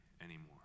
anymore